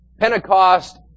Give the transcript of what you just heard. Pentecost